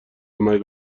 مرگ